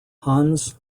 hans